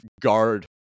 guard